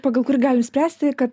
pagal kurį galim spręsti kad